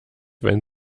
wenn